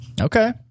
Okay